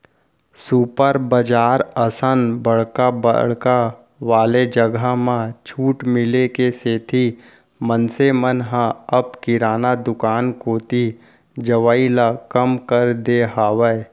super बजार असन बड़का बड़का वाले जघा म छूट मिले के सेती मनसे मन ह अब किराना दुकान कोती जवई ल कम कर दे हावय